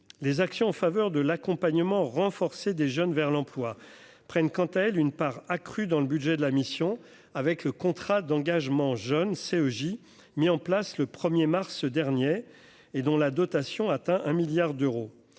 les actions en faveur de l'accompagnement renforcé des jeunes vers l'emploi prennent quant elle une part accrue dans le budget de la mission avec le contrat d'engagement jeune CEJ mis en place le 1er mars dernier et dont la dotation atteint un milliard d'euros,